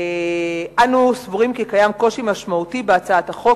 אנו סבורים כי קיים קושי משמעותי בהצעת החוק,